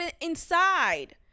inside